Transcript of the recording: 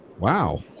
wow